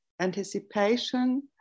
anticipation